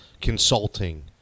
consulting